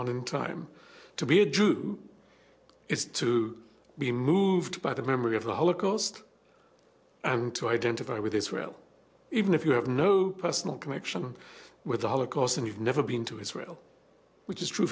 one in time to be a jew is to be moved by the memory of the holocaust and to identify with israel even if you have no personal connection with the holocaust and you've never been to israel which is true